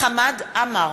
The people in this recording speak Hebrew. חמד עמאר,